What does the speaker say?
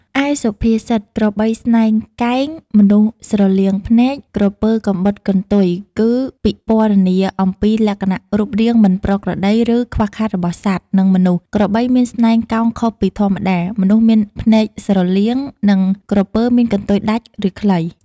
ឯសុភាសិត ក្របីស្នែងកែង មនុស្សស្រលៀងភ្នែក ក្រពើកំបុតកន្ទុយ គឺពិពណ៌នាអំពីលក្ខណៈរូបរាងមិនប្រក្រតី ឬខ្វះខាតរបស់សត្វ និងមនុស្ស ក្របីមានស្នែងកោងខុសពីធម្មតា មនុស្សមានភ្នែកស្រលៀង និងក្រពើមានកន្ទុយដាច់ ឬខ្លី។